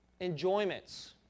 enjoyments